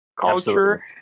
culture